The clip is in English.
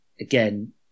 Again